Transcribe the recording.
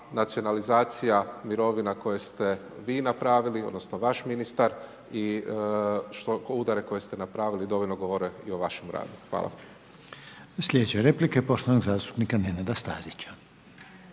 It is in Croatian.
nacionalizacija mirovina koje ste vi napravili, odnosno vaš ministar i udare koje ste napravili dovoljno govore i o vašem radu. Hvala. **Reiner, Željko (HDZ)** Sljedeća replika poštovanog zastupnika Nenada Stazića.